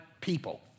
people